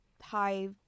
high